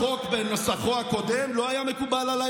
החוק בנוסחו הקודם לא היה מקובל עליי,